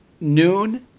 noon